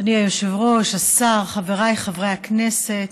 אדוני היושב-ראש, השר, חבריי חברי הכנסת,